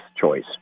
choice